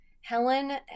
Helen